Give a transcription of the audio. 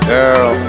Girl